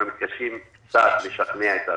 אנחנו מתקשים קצת לשכנע את האנשים,